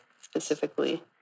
specifically